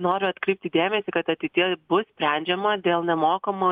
noriu atkreipti dėmesį kad ateityje bus sprendžiama dėl nemokamo